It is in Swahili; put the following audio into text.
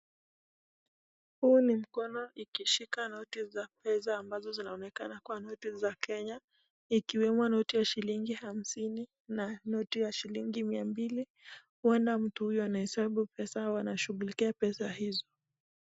Huu ni mkono ikishika noti za pesa ambazo zikionekana kuwa noti ya Kenya. Ikiwemo noti ya shilingi hamsini na noti ya shilingi mia mbili. Huenda mtu anahesabu pesa au anashughulikia pesa hizo.